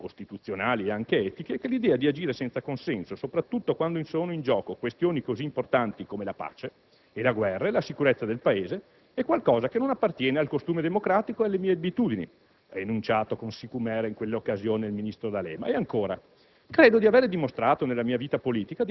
«Penso, per ragioni politiche, costituzionali ed anche etiche, che l'idea di agire senza consenso, soprattutto quando sono in gioco questioni così importanti come la pace, la guerra e la sicurezza del Paese, è qualcosa che non appartiene al costume democratico e alle mie abitudini». Questo ha enunciato con sicumera in quell'occasione il ministro D'Alema, che